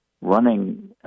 running –